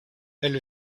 elle